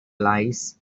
lights